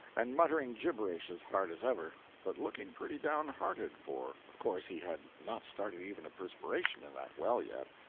and muttering gibberish as hard as ever, but looking pretty down-hearted, for of course he had not started even a perspiration in that well yet.